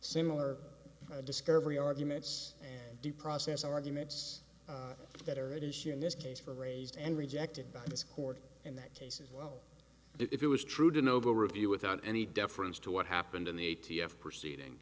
similar discovery arguments due process arguments that are at issue in this case for raised and rejected by this court in that case as well if it was true to noble review without any deference to what happened in the a t f proceeding